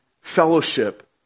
fellowship